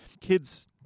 kids